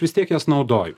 vis tiek jas naudoju